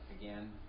again